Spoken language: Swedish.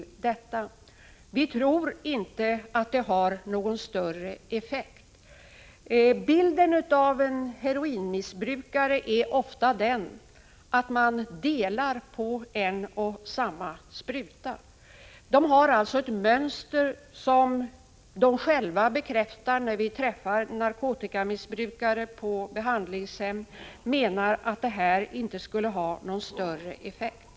Vi tror inte att det har någon större effekt. Det är ofta så att heroinmissbrukare delar på en och samma spruta. Det finns alltså ett mönster, och de bekräftar själva, när vi träffar narkotikamissbrukare på behandlingshem, att en sådan åtgärd inte skulle ha någon större effekt.